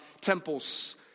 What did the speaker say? temples